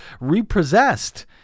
repossessed